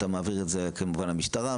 אתה מעביר את זה כמובן למשטרה,